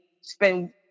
spend